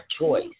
choice